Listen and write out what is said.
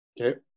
Okay